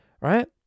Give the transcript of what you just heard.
right